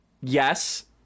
Yes